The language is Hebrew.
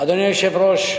אדוני היושב-ראש,